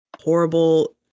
horrible